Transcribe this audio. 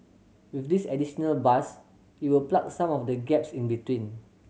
with this additional bus it will plug some of the gaps in between